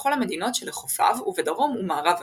ובכל המדינות שלחופיו ובדרום ומערב אירופה.